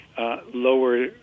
lower